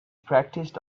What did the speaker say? practiced